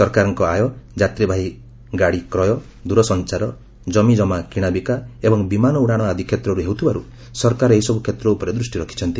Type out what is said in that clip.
ସରକାରଙ୍କ ଆୟ ଯାତ୍ରୀବାହି ଗାଡ଼ି କ୍ରୟ ଦରସଂଚାର ଜମିଜମା କିଶାବିକା ଏବଂ ବିମାନ ଉଡ଼ାଣ ଆଦି କ୍ଷେତ୍ରରୁ ହେଉଥିବାରୁ ସରକାର ଏହିସବୁ କ୍ଷେତ୍ର ଉପରେ ଦୃଷ୍ଟି ରଖିଛନ୍ତି